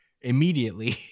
immediately